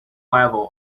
level